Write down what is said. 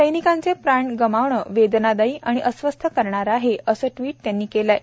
सैनिकांचे प्राण गमावणं वेदनादायी आणि अस्वस्थ करणारं आहे असं ट्वीट त्यांनी केलंय